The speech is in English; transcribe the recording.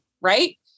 right